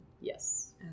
Yes